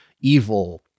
evil